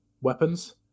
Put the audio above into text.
weapons